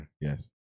Yes